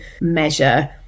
measure